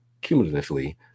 cumulatively